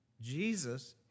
Jesus